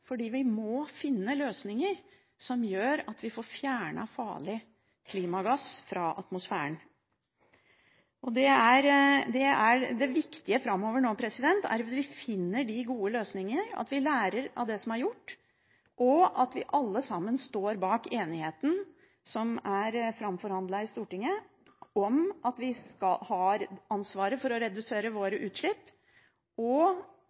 vi må finne løsninger som gjør at vi får fjernet farlig klimagass fra atmosfæren. Det viktige framover nå er at vi finner de gode løsningene, at vi lærer av det som er gjort, og at vi alle sammen står bak enigheten som er framforhandlet i Stortinget, om at vi har ansvaret for å redusere